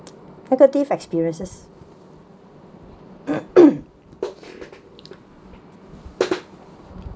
negative experiences